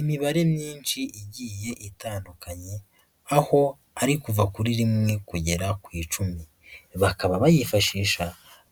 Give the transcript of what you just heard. Imibare myinshi igiye itandukanye aho ari kuva kuri rimwe kugera ku icumi, bakaba bayifashisha